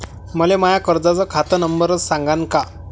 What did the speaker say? मले माया कर्जाचा खात नंबर सांगान का?